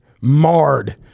marred